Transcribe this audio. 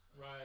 right